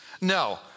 No